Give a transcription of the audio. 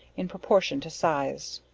in proportion to size.